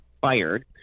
fired